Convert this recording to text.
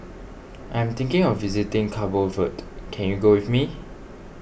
I am thinking of visiting Cabo Verde can you go with me